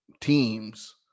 teams